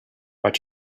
but